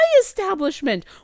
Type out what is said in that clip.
establishment